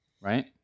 right